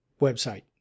website